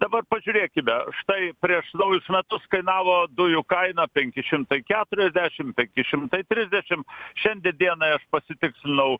dabar pažiūrėkime štai prieš naujus metus kainavo dujų kaina penki šimtai keturiasdešimt penki šimtai trisdešimt šiandien dienai aš pasitikslinau